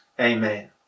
Amen